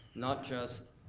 not just,